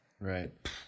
right